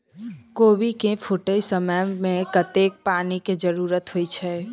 कोबी केँ फूटे समय मे कतेक पानि केँ जरूरत होइ छै?